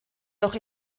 noch